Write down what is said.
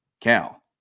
Cal